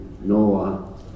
Noah